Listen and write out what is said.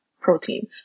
protein